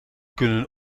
kunnen